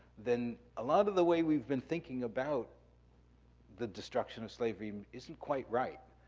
then a lot of the way we've been thinking about the destruction of slavery um isn't quite right.